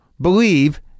believe